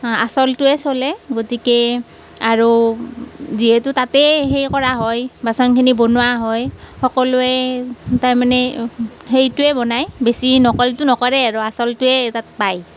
আচলটোৱে চলে গতিকে আৰু যিহেতু তাতেই হেৰি কৰা হয় বাচনখিনি বনোৱা হয় সকলোৱে তাৰ মানে সেইটোৱে বনায় বেছি নকলটো নকৰে আৰু আচলটোৱে তাত পায়